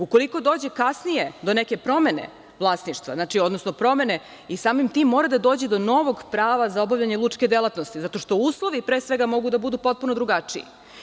Ukoliko dođe kasnije do neke promene vlasništva, odnosno promene, i samim tim mora da dođe do novog prava za obavljanje lučke delatnosti, zato što uslovi, pre svega, mogu da budu potpuno drugačiji.